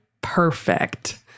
perfect